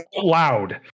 loud